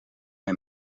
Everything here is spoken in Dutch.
mij